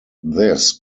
this